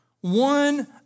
one